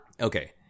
Okay